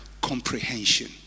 comprehension